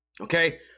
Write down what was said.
okay